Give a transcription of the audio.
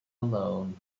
alone